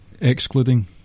Excluding